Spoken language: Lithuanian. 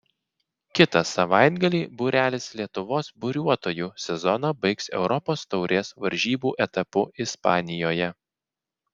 kitą savaitgalį būrelis lietuvos buriuotojų sezoną baigs europos taurės varžybų etapu ispanijoje